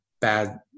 bad